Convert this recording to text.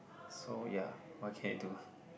so ya what can you do